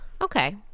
Okay